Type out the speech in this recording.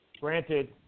Granted